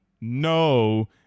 no